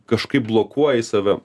kažkaip blokuoji save